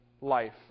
life